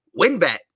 WinBet